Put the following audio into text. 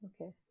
Okay